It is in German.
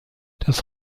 das